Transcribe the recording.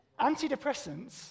Antidepressants